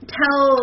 tell